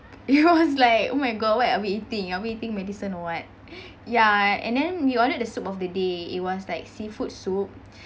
it was like oh my god what are we eating are we eating medicine or what ya and then we ordered the soup of the day it was like seafood soup